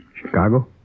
Chicago